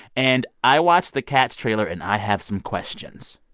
and i watched the cats trailer, and i have some questions.